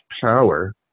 power